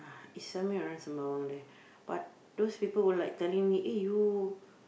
is somewhere around Sembawang that but those people were like telling me eh you